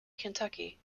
kentucky